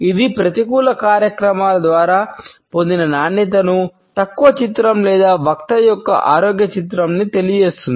ఇది ప్రతికూల కార్యకలాపాల ద్వారా పొందిన నాణ్యతను తక్కువ చిత్రం లేదా వక్త యొక్క ఆరోగ్య చిత్రంను తెలియజేస్తుంది